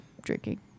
drinking